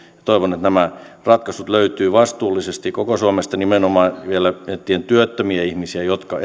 toivon että nämä ratkaisut löytyvät vastuullisesti koko suomesta nimenomaan vielä miettien työttömiä ihmisiä jotka